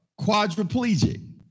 quadriplegic